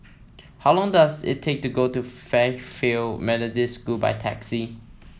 how long does it take to go to Fairfield Methodist School by taxi